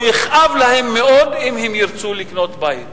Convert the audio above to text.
או יכאב להם מאוד אם הם ירצו לקנות בית.